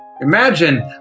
Imagine